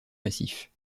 massifs